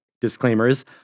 disclaimers